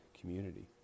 community